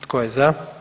Tko je za?